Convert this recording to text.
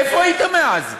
איפה היית מאז?